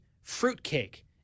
fruitcake